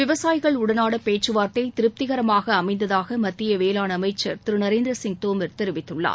விவசாயிகள் உடனான பேச்சுவார்த்தை திருப்திகரமாக அமைந்ததாக மத்திய வேளான் அமைச்சர் திரு நரேந்திர சிங் தோமர் தெரிவித்துள்ளார்